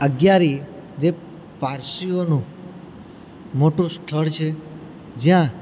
અગિયારી જે પારસીઓનું મોટું સ્થળ છે જ્યાં